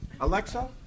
Alexa